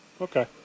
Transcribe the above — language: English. Okay